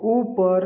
ऊपर